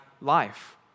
life